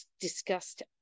discussed